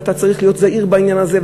ואתה צריך להיות זהיר בעניין הזה,